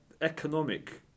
economic